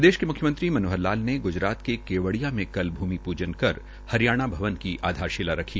प्रदेश के मुख्यमंत्री मनोहर लाल ने ग्जरात के केवडीया में कल भूमि पूजन कर हरियाणा भवन की आधारशिला रखी